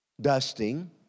dusting